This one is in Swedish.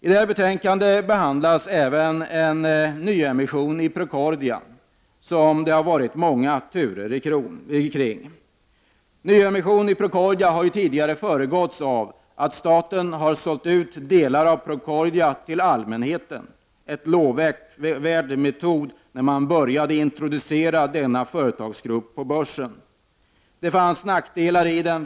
I betänkandet behandlas även en nyemission i Procordia som det varit många turer omkring. Frågan om en nyemission i Procordia har föregåtts av att staten har sålt ut delar av Procordia till allmänheten, en lovvärd metod, som användes när man började introducera denna företagsgrupp på börsen. Det fanns nackdelar med metoden.